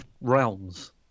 Realms